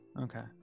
Okay